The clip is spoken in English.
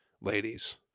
ladies